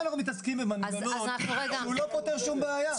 אנחנו מתעסקים עם מנגנון כשהוא לא פותר שום בעיה?